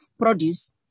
produce